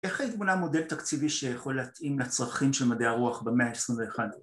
איך ההית בונה מודל תקציבי שיכול להתאים לצרכים של מדעי הרוח במאה ה-21?